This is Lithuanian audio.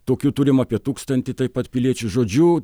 tokių turim apie tūkstantį taip pat piliečių žodžiu